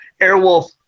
Airwolf